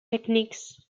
techniques